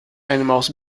animals